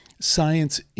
science